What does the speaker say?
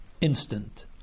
instant